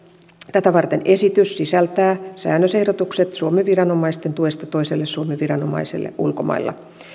tätä varten esitys sisältää säännösehdotukset suomen viranomaisten tuesta toiselle suomen viranomaiselle ulkomailla